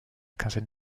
quinzaine